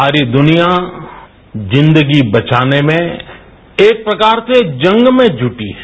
सारी दुनिया जिन्दगी बचाने में एक प्रकार से जंग में जुटी है